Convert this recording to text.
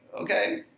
okay